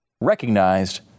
recognized